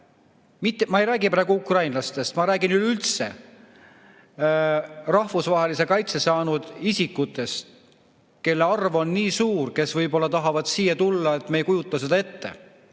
Ma ei räägi praegu ukrainlastest, ma räägin üleüldse rahvusvahelise kaitse saanud isikutest, kelle arv on nii suur, kes tahavad siia tulla, et me ei kujuta seda ette.